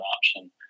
option